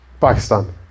Pakistan